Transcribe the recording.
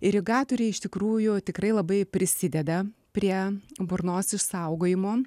irigatoriai iš tikrųjų tikrai labai prisideda prie burnos išsaugojimo